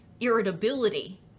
irritability